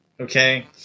okay